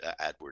AdWords